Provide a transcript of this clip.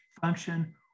function